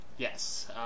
Yes